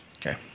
Okay